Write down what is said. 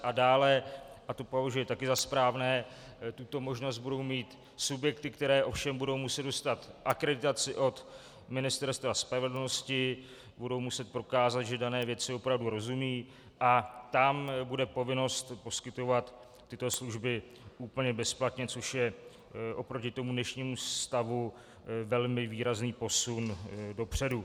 A dále, a to považuji také za správné, tuto možnost budou mít subjekty, které ovšem budou muset ustát akreditaci od Ministerstva spravedlnosti, budou muset prokázat, že dané věci opravdu rozumějí, a tam bude povinnost poskytovat tyto služby úplně bezplatně, což je oproti dnešnímu stavu velmi výrazný posun dopředu.